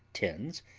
tins,